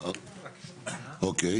איפה אנחנו